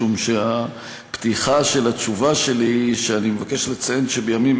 משום שהפתיחה של התשובה שלי היא שאני מבקש לציין שבימים